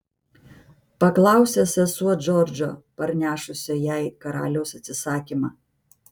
paklausė sesuo džordžo parnešusio jai karaliaus atsisakymą